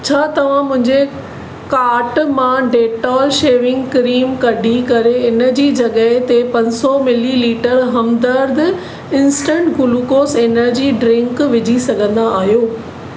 छा तव्हां मुंहिंजे कार्ट मां डेटोल शेविंग क्रीम कढी करे इन जी जॻहि ते पंज सौ millilitre Hamdard instant glucose energy drink विझी सघंदा आहियो